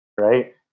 right